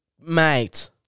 Mate